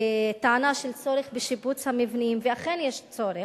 בטענה של צורך בשיפוץ המבנים, ואכן יש צורך,